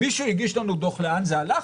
מישהו הגיש לנו דוח לאן זה הלך,